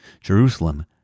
Jerusalem